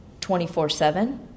24-7